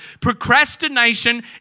Procrastination